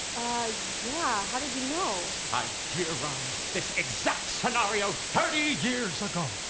ah yeah, how did you know? i theorized this exact scenario thirty years ago!